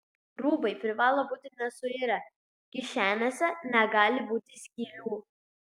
rūbai privalo būti nesuirę kišenėse negali būti skylių